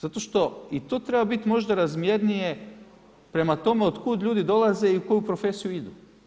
Zato što i to treba bit možda razmjernije prema tome od kud ljudi dolaze i u koju profesiju idu.